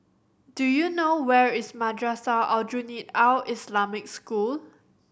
do you know where is Madrasah Aljunied Al Islamic School